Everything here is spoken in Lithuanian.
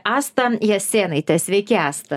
asta jasėnaitė sveiki asta